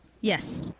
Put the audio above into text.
Yes